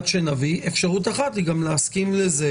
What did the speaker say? יש אפשרות גם להסכים לזה,